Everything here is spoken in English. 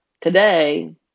today